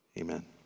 amen